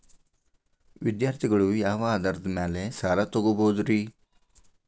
ವಿದ್ಯಾರ್ಥಿಗಳು ಯಾವ ಆಧಾರದ ಮ್ಯಾಲ ಸಾಲ ತಗೋಬೋದ್ರಿ?